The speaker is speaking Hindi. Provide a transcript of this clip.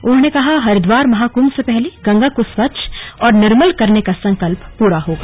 उन्होंने कहा हरिद्वार महाकृभ से पहले गंगा को स्वच्छ और निर्मल करने का संकल्प पूरा होगा